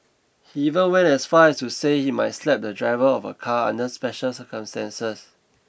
he even went as far as to say he might slap the driver of a car under special circumstances